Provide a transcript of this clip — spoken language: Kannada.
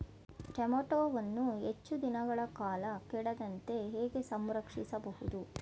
ಟೋಮ್ಯಾಟೋವನ್ನು ಹೆಚ್ಚು ದಿನಗಳ ಕಾಲ ಕೆಡದಂತೆ ಹೇಗೆ ಸಂರಕ್ಷಿಸಬಹುದು?